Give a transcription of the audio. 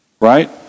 right